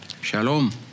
Shalom